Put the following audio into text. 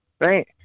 Right